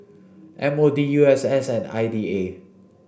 M O D U S S and I D A